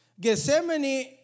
Gethsemane